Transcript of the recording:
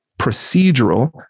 procedural